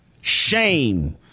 Shame